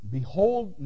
Behold